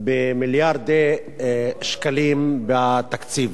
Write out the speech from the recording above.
במיליארדי שקלים, בתקציב.